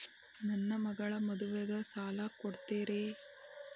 ನನ್ನ ಮಗಳ ಮದುವಿಗೆ ಸಾಲ ಕೊಡ್ತೇರಿ?